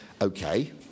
Okay